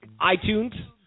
iTunes